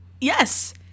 Yes